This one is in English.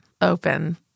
open